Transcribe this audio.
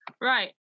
Right